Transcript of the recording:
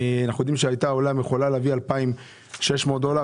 אנחנו יודעים שאנייה יכולה להביא 2,600 דולר,